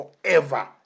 forever